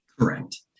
Correct